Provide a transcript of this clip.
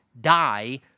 die